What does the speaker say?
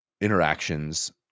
interactions